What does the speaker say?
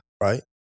right